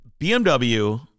BMW